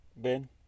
Ben